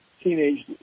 Teenage